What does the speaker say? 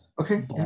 Okay